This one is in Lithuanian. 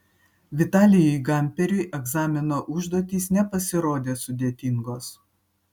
vitalijui gamperiui egzamino užduotys nepasirodė sudėtingos